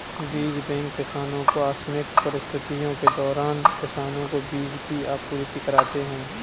बीज बैंक किसानो को आकस्मिक परिस्थितियों के दौरान किसानो को बीज की आपूर्ति कराते है